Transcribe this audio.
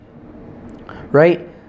right